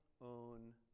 own